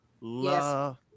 love